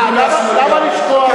אה, למה לשכוח?